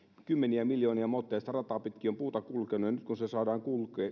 kymmeniä miljoonia motteja sitä rataa pitkin on puuta kulkenut ja nyt kun se saadaan